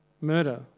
murder